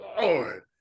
lord